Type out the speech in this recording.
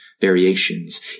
variations